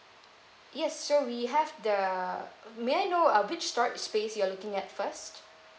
yes so we have the may I know uh which storage space you're looking at first